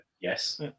Yes